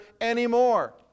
anymore